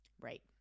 right